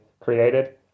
Created